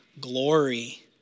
glory